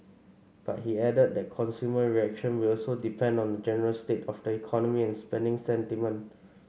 but he added that consumer reaction will also depend on the general state of the economy and spending sentiment